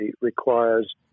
requires